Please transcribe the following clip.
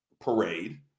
parade